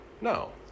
No